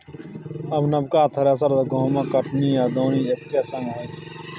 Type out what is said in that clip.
आब नबका थ्रेसर सँ गहुँमक कटनी आ दौनी एक्के संग होइ छै